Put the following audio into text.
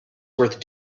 worth